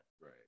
Right